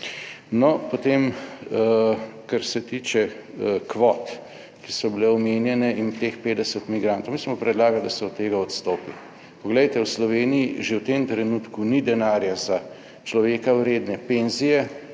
No, potem kar se tiče kvot, ki so bile omenjene, in teh 50 migrantov. Mi smo predlagali, da se od tega odstopili. Poglejte, v Sloveniji že v tem trenutku ni denarja za človeka vredne penzije,